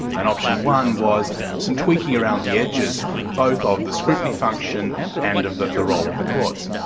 and option one was some tweaking around the edges both ah of the scrutiny function and of the the role of the courts.